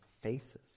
faces